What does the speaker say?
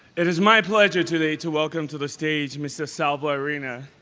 it is my pleasure today to welcome to the stage mr. salvo arena.